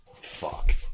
Fuck